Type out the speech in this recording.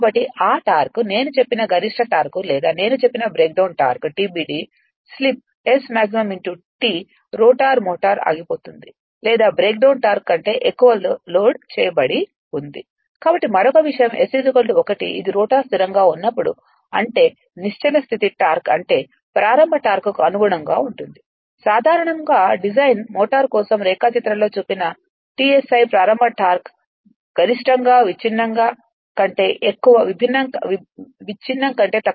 కాబట్టి ఆ టార్క్ నేను చెప్పిన గరిష్ట టార్క్ లేదా నేను చెప్పిన breakdown torque TBD slip Smax T rotor motor ఆగిపోతుంది లేదా బ్రేక్ డౌన్ టార్క్ కంటే ఎక్కువ లోడ్ చేయబడి ఉంది కాబట్టి మరొక విషయం S 1 ఇది రోటర్ స్థిరంగా ఉన్నప్పుడు అంటే నిశ్చలస్థితి టార్క్ అంటే ప్రారంభ టార్క్కు అనుగుణంగా ఉంటుంది సాధారణంగా డిజైన్ మోటారు కోసం రేఖాచిత్రంలో చూపిన TSI ప్రారంభ టార్క్ గరిష్టంగా విచ్ఛిన్నం కంటే తక్కువగా ఉంటుంది